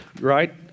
right